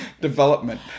Development